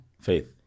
faith